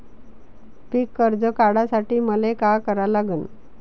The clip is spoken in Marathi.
पिक कर्ज काढासाठी मले का करा लागन?